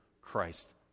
Christ